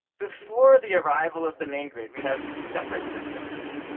before the arrival of the main grid, we have separate systems.